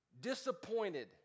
disappointed